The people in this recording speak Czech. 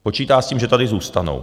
Počítá s tím, že tady zůstanou.